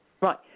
Right